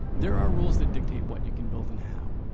there are rules that dictate what you can build and how.